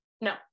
No